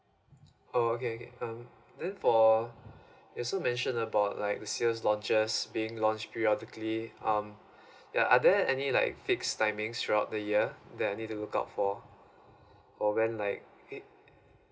oh okay okay um then for you also mentioned about like the sales launches being launch periodically um yeah are there any like fixed timings throughout the year that I need to look out for or rent like